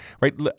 Right